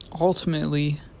Ultimately